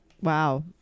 Wow